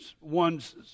one's